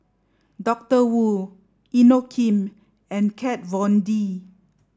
Doctor Wu Inokim and Kat Von D